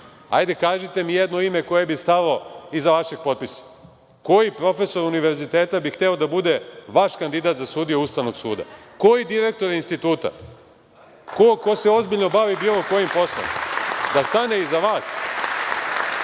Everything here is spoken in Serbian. hajde, kažite mi jedno ime koje bi stalo iza vašeg potpisa? Koji profesor univerziteta bi hteo da bude vaš kandidat za sudije Ustavnog suda, koji direktor instituta, ko ko se ozbiljno bavi bilo kojim poslom da stane iza vas